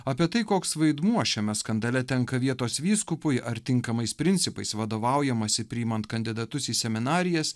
apie tai koks vaidmuo šiame skandale tenka vietos vyskupui ar tinkamais principais vadovaujamasi priimant kandidatus į seminarijas